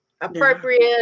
appropriate